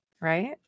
Right